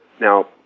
Now